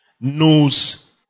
knows